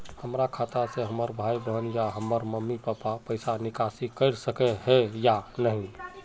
हमरा खाता से हमर भाई बहन या हमर मम्मी पापा पैसा निकासी कर सके है या नहीं?